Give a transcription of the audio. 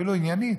אפילו עניינית,